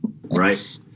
Right